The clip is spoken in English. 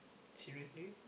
seriously